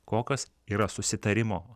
kokios yra susitarimo